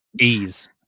ease